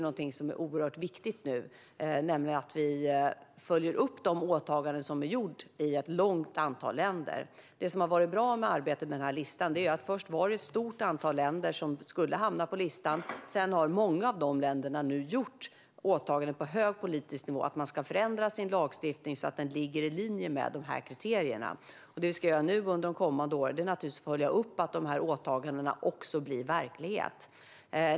Någonting som är oerhört viktigt är att vi nu följer upp de åtaganden som har gjorts av ett stort antal länder. Det som har varit bra med arbetet med listan är att det först var ett stort antal länder som skulle hamna på listan. Sedan har många av de länderna nu gjort åtaganden på hög politisk nivå. De ska förändra sin lagstiftning så att den ligger i linje med kriterierna. Det vi ska göra nu och under de kommande åren är att följa upp att de åtagandena blir verklighet.